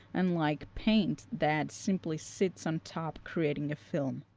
unlike paint that simply sits on top creating a film.